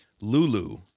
Lulu